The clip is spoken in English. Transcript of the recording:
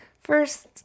First